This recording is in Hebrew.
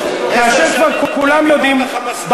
כאשר כולם כבר יודעים,